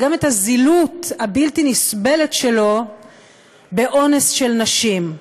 וגם את הזילות הבלתי-נסבלת של אונס נשים אצלו.